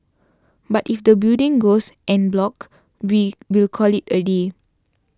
but if the building goes en bloc we will call it a day